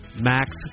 MAX